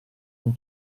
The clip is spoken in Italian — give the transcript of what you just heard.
non